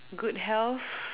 good health